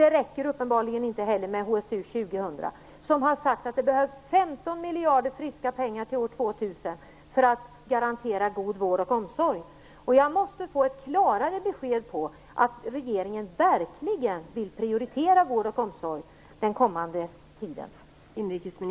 Det räcker uppenbarligen inte heller med HSU 2000, som har uttalat att det behövs 15 miljarder i friska pengar fram till år 2000 för att garantera god vård och omsorg. Jag måste få ett klarare besked om att regeringen verkligen vill prioritera vård och omsorg under den kommande tiden.